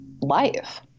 life